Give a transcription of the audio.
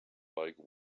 like